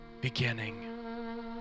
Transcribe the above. beginning